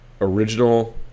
Original